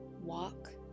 walk